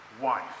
wife